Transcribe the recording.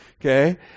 okay